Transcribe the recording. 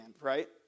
right